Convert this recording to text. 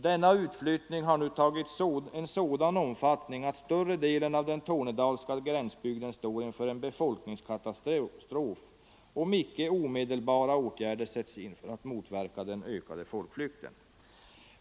Denna utflyttning har nu tagit en sådan omfattning, att större delen av den tornedalska gränsbygden står inför en befolkningskatastrof, om icke omedelbara åtgärder sätts in för att motverka den ökande folkflykten.